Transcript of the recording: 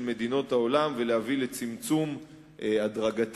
מדינות העולם ולהביא לצמצום הדרגתי,